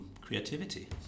creativity